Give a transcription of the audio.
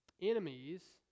enemies